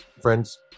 friends